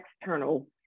external